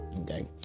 okay